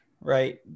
right